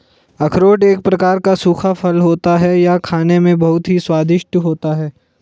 अखरोट एक प्रकार का सूखा फल होता है यह खाने में बहुत ही स्वादिष्ट होता है